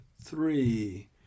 three